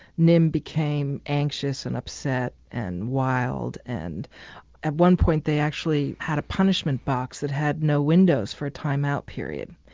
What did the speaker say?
nim became anxious and upset and wild and at one point they actually had a punishment box that had no windows for a time out period.